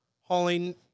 hauling